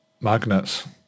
Magnets